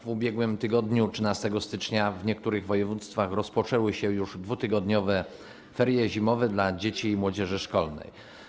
W ubiegłym tygodniu, 13 stycznia w niektórych województwach rozpoczęły się 2-tygodniowe ferie zimowe dla dzieci i młodzieży szkolnej.